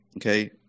Okay